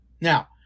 Now